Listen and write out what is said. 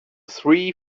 three